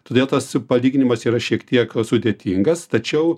todėl tas palyginimas yra šiek tiek sudėtingas tačiau